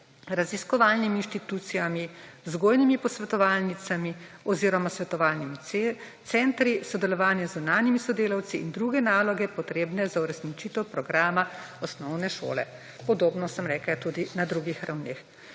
raziskovalnimi inštitucijami, vzgojnimi posvetovalnicami oziroma svetovalnimi centri, v sodelovanju z zunanjimi sodelavci in druge naloge, potrebne za uresničitev programa osnovne šole.« Podobno, sem rekla, je tudi na drugih ravneh.